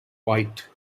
white